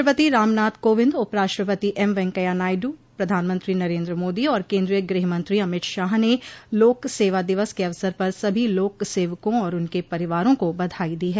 राष्ट्रपति रामनाथ कोविंद उपराष्ट्रपति एम वेंकैया नायडू प्रधानमंत्री नरेन्द्र मोदी और केन्द्रीय गृहमंत्री अमित शाह ने लोक सेवा दिवस के अवसर पर सभी लोक सेवकों और उनके परिवारों को बधाई दी है